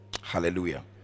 Hallelujah